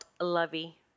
lovey